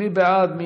מי בעד?